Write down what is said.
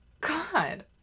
god